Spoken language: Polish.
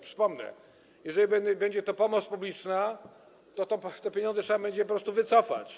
Przypomnę, że jeżeli będzie to pomoc publiczna, to pieniądze trzeba będzie po prostu wycofać.